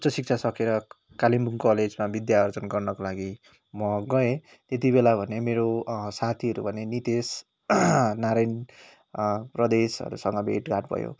उच्च शिक्षा सकेर कालिम्पोङ कलेजमा विद्यार्जन गर्नको लागि म गएँ त्यति बेला भने मेरो साथीहरू भने नितेश नारायण प्रदेशहरूसँग भेटघाट भयो